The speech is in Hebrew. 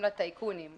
לטייקונים.